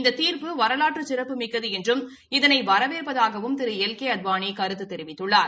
இந்த தீர்ப்பு வரலாற்று சிறப்புமிக்கது என்றும் இதனை வரவேற்பதாகவும் திரு எல் கே அத்வானி கருத்து தெரிவித்துள்ளார்